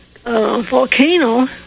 volcano